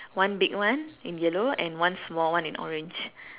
one big one in yellow and one small one in orange